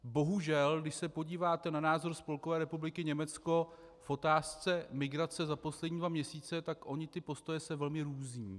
Bohužel, když se podíváte na názor Spolkové republiky Německo v otázce migrace za poslední dva měsíce, tak ony ty postoje se velmi různí.